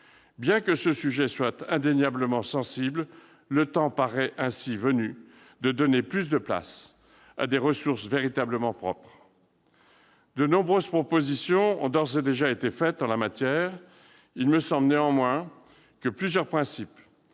Bien que ce sujet soit indéniablement sensible, le temps paraît ainsi venu de donner plus de place à des ressources véritablement propres. De nombreuses propositions ont d'ores et déjà été avancées en la matière. Il me semble néanmoins que plusieurs principes,